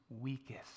weakest